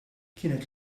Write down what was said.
kienet